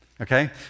okay